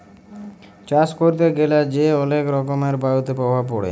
চাষ ক্যরতে গ্যালা যে অলেক রকমের বায়ুতে প্রভাব পরে